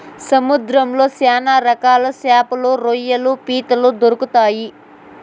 సముద్రంలో శ్యాన రకాల శాపలు, రొయ్యలు, పీతలు దొరుకుతాయి